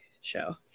show